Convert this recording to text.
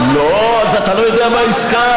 הכול מפתה אותה בזה שהוא יקנה לה ג'ינס,